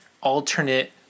alternate